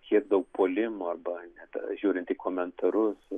kiek daug puolimo arba net žiūrinti į komentarus